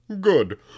Good